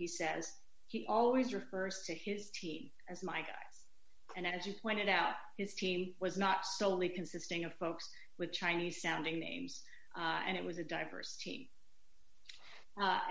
he says he always refers to his team as mike and as you pointed out his team was not solely consisting of folks with chinese sounding names and it was a diverse team